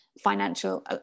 financial